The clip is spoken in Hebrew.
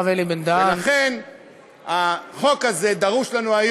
סגן שר הביטחון, הרב אלי בן-דהן.